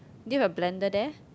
do you have a blender there